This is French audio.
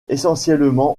essentiellement